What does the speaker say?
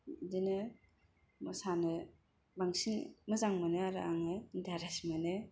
बिदिनो मोसानो बांसिन मोजां मोनो आरो आङो इन्तारेस्त मोनो